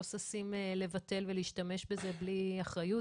לא ששים לבטל ולהשתמש בזה בלי אחריות